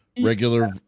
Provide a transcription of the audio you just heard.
regular